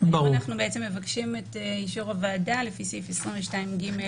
אנחנו בעצם מבקשים את אישור הוועדה לפי סעיף 22(ג)(ח2).